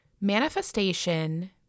Manifestation